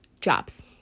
jobs